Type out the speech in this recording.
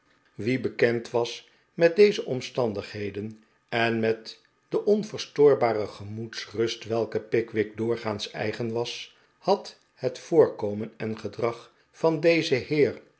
wie bekend was met deze omstandigheden en met de onverstoorbare gemoedsrust welke pickwick doorgaans eigen was had het voorkomen en gedrag van dezen heer